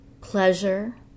pleasure